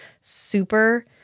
super